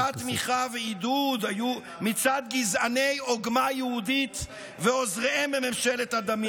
אבל היו תמיכה ועידוד מצד גזעני עוגמה יהודית ועוזריהם בממשלת הדמים.